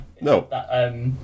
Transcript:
No